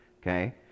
Okay